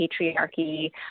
patriarchy